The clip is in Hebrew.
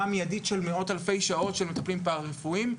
מיידית של מאות אלפי שעות של מטפלים פרא רפואיים,